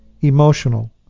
emotional